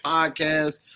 Podcast